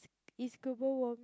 is global warming